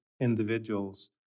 individuals